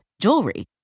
jewelry